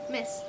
Miss